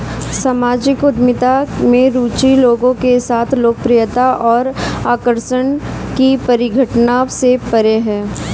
सामाजिक उद्यमिता में रुचि लोगों के साथ लोकप्रियता और आकर्षण की परिघटना से परे है